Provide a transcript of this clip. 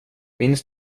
minns